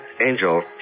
Angel